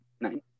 Nine